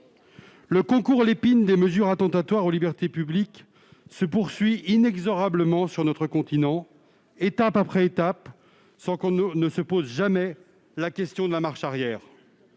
Le concours Lépine des mesures attentatoires aux libertés publiques se poursuit donc inexorablement sur notre continent, étape après étape, sans que l'on se pose jamais la question d'une marche arrière.